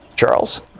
Charles